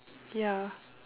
ya